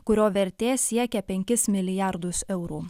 kurio vertė siekia penkis milijardus eurų